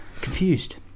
confused